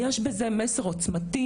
יש בזה מסר עוצמתי,